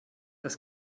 das